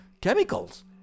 chemicals